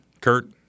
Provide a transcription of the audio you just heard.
Kurt